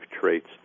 traits